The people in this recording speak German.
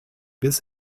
bis